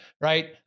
right